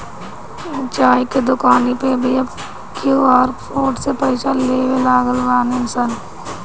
चाय के दुकानी पअ भी अब क्यू.आर कोड से पईसा लेवे लागल बानअ सन